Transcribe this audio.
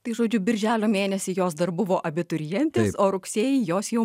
tai žodžiu birželio mėnesį jos dar buvo abiturientės o rugsėjį jos jau